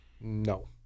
No